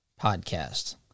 podcast